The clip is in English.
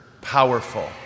powerful